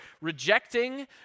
rejecting